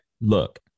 look